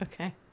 okay